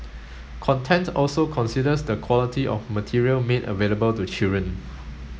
content also considers the quality of material made available to children